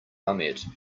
ahmed